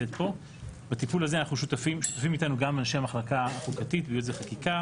בטיפול הזה שותפים איתנו גם אנשי המחלקה החוקתית מייעוץ וחקיקה,